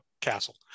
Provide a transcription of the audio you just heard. castle